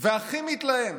והכי מתלהם